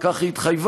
וכך היא התחייבה,